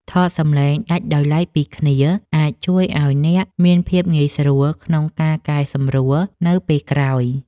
ថតសំឡេងដាច់ដោយឡែកពីគ្នាអាចជួយឱ្យអ្នកមានភាពងាយស្រួលក្នុងការកែសម្រួលនៅពេលក្រោយ។